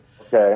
okay